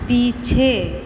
पीछे